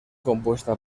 compuesta